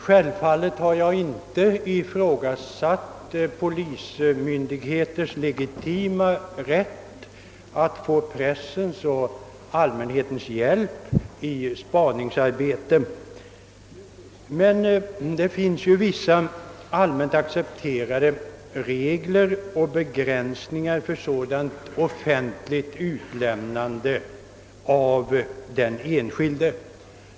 Självfallet har jag inte ifrågasatt polismyndighets legitima rätt att få pressens och allmänhetens hjälp i spaningsarbete, men det finns vissa allmänt accepterade regler och begränsningar för sådant offentligt utlämnande av den enskilde.